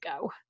go